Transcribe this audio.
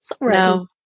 No